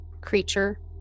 creature